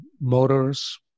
motors